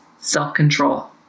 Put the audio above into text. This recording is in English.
self-control